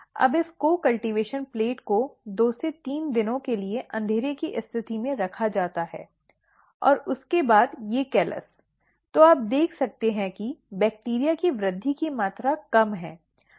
अब इस को कल्टीवेशन प्लेट को 2 से 3 दिनों के लिए अंधेरे की स्थिति में रखा जाता है और उसके बाद ये कैलस तो आप देख सकते हैं कि बैक्टीरिया की वृद्धि की मात्रा कम है